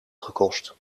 gekost